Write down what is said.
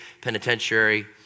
penitentiary